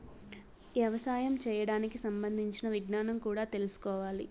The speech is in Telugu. యవసాయం చేయడానికి సంబంధించిన విజ్ఞానం కూడా తెల్సుకోవాలి